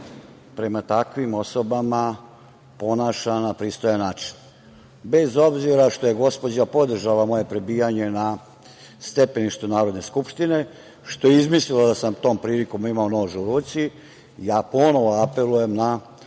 prema takvim osobama ponaša na pristojan način. Bez obzira što je gospođa podržala moje prebijanje na stepeništu Narodne skupštine, što je izmislila da sam tom prilikom imao nož u ruci, ja ponovo apelujem na